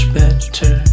better